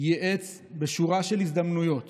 יעץ בשורה של הזדמנויות